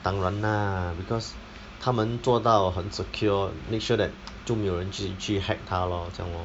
当然 lah because 他们做到很 secure make sure that 就没有人去去 hack 它 lor 这样 lor